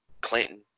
Clinton